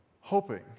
hoping